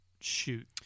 shoot